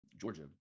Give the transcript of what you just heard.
Georgia